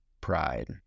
Pride